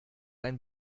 ein